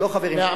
לא חברים שלי.